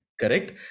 correct